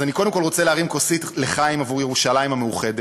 אז קודם כול אני רוצה להרים כוסית לחיים עבור ירושלים המאוחדת,